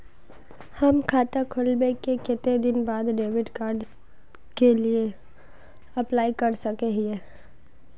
हम खाता खोलबे के कते दिन बाद डेबिड कार्ड के लिए अप्लाई कर सके हिये?